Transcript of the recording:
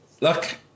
Look